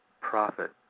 profit